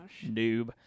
noob